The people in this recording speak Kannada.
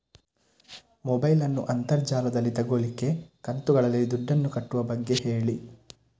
ಮೊಬೈಲ್ ನ್ನು ಅಂತರ್ ಜಾಲದಲ್ಲಿ ತೆಗೋಲಿಕ್ಕೆ ಕಂತುಗಳಲ್ಲಿ ದುಡ್ಡನ್ನು ಕಟ್ಟುವ ಬಗ್ಗೆ ಹೇಳಿ